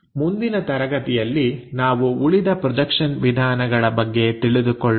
ಮುಂದಿನ ತರಗತಿಯಲ್ಲಿ ನಾವು ಉಳಿದ ಪ್ರೊಜೆಕ್ಷನ್ ವಿಧಾನಗಳ ಬಗ್ಗೆ ತಿಳಿದುಕೊಳ್ಳೋಣ